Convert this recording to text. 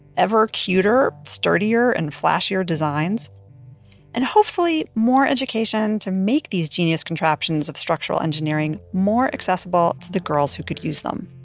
ever cuter, sturdier and flashier designs and hopefully more education to make these genius contraptions of structural engineering more accessible to the girls who could use them,